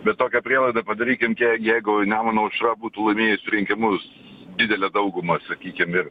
bet tokią prielaidą padarykim jeigu nemuno aušra būtų laimėjus rinkimus didele dauguma sakykim ir